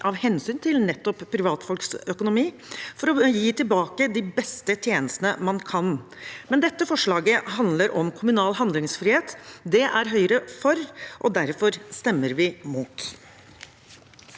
av hensyn til nettopp privatfolks økonomi, for så å gi tilbake de beste tjenestene man kan. Dette forslaget handler om kommunal handlingsfrihet. Det er Høyre for, og derfor stemmer vi imot.